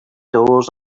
doors